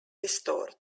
restored